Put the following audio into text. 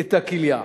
את הכליה.